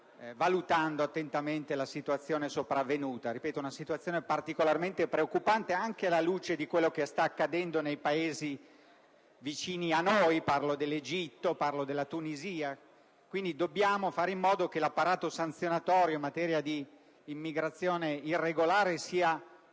già valutando attentamente la situazione sopravvenuta. Ripeto, è una situazione particolarmente preoccupante, anche alla luce di quanto sta accadendo nei Paesi vicini a noi (mi riferisco all'Egitto e alla Tunisia). Quindi, dobbiamo fare in modo che l'apparato sanzionatorio in materia di immigrazione irregolare sia un